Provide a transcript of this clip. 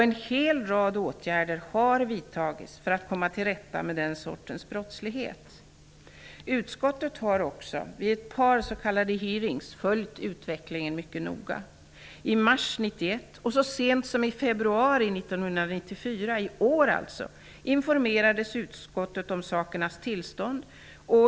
En hel rad åtgärder har vidtagits för att komma till rätta med den sortens brottslighet. Utskottet har också vid ett par s.k. hearings följt utvecklingen mycket noga. I mars 1991 och så sent som i februari i år informerades utskottet om sakernas tillstånd.